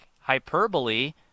hyperbole